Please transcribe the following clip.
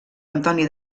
antoni